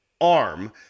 arm